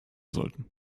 sollten